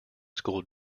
school